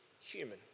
human